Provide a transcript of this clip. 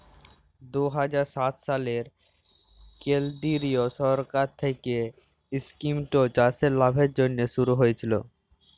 দু হাজার সাত সালে কেলদিরিয় সরকার থ্যাইকে ইস্কিমট চাষের লাভের জ্যনহে শুরু হইয়েছিল